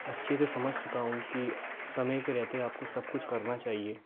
अच्छे से समझ चुका हूँ कि समय के रहते आपको सब कुछ करना चाहिए